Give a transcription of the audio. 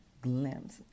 glimpse